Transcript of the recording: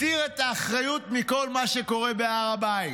מסיר את האחריות מכל מה שקורה בהר הבית.